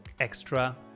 extra